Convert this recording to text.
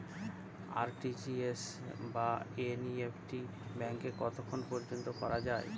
RTGS বা NEFT ব্যাংকে কতক্ষণ পর্যন্ত করা যায়?